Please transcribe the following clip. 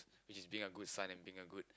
which is being a good son and being a good